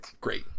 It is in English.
Great